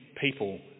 people